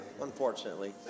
Unfortunately